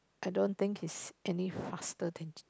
I don't he's any faster than Jinna